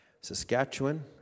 Saskatchewan